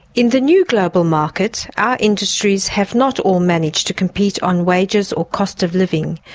in the new global market our industries have not all managed to compete on wages or cost of living,